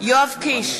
יואב קיש,